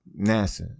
nasa